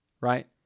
right